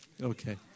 okay